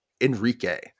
Enrique